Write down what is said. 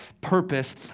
purpose